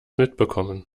mitbekommen